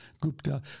Gupta